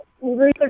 Research